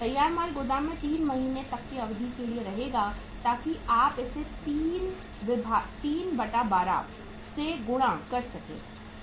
तैयार माल गोदाम में 3 महीने की अवधि के लिए रहेगा ताकि आप इसे 312 से गुणा कर सकें